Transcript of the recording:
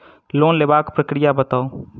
Loan लेबाक प्रक्रिया बताऊ?